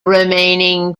remaining